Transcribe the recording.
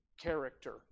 character